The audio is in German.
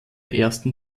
ersten